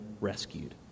rescued